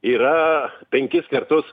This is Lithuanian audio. yra penkis kartus